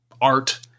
art